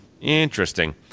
interesting